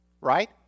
right